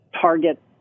target